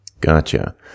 Gotcha